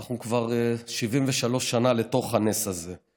אנחנו כבר 73 שנה בתוך הנס הזה.